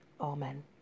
Amen